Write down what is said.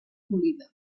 polida